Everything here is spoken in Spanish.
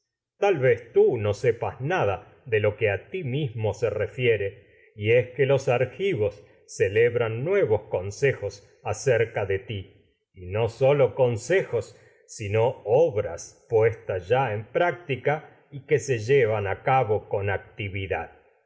tal vez se tú no nada de lo que a ti mismo refiere y es que no los argivos celebran nuevos consejos acerca de ti práctica y y sólo consejos sino obras se puestas ya en que llevan a cabo